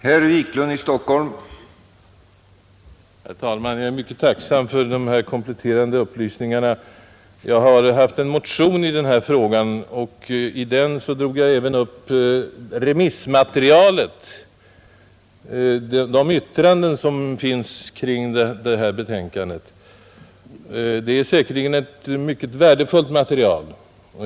Herr talman! Jag är mycket tacksam för dessa kompletterande upplysningar. Jag har haft en motion i denna fråga. I denna tog jag även upp remissmaterialet, de yttranden som avgivits kring detta betänkande. Det är säkerligen ett mycket värdefullt material.